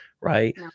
Right